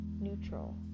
neutral